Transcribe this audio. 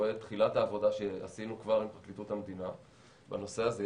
רואה את תחילת העבודה שעשינו כבר עם פרקליטות המדינה בנושא הזה.